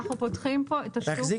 תחזיק